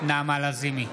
נעמה לזימי,